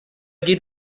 geht